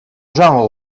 genre